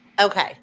Okay